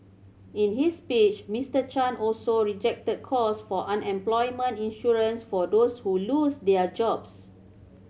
in his speech Mister Chan also rejected calls for unemployment insurance for those who lose their jobs